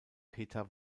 peter